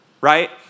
Right